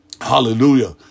Hallelujah